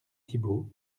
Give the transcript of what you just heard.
thibault